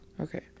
Okay